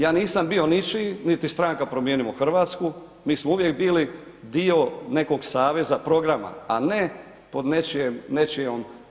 Ja nisam bio ničiji, niti stranka Promijenimo Hrvatsku, mi smo uvijek bili dio nekog saveza, programa, a ne pod nečijom…